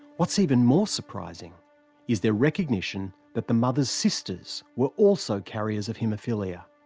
what's even more surprising is their recognition that the mother's sisters were also carriers of haemophilia.